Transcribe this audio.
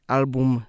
album